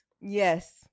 Yes